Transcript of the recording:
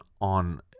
on